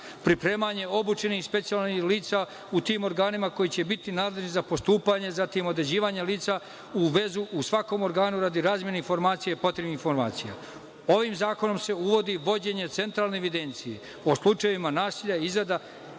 pripremanje obučenih i specijalnih lica u tim organima koji će biti nadležni za postupanje, zatim određivanje lica za vezu u svakom organu radi razmene potrebnih informacija. Ovim zakonom se uvodi vođenje centralne evidencije o slučajevima nasilja, izrada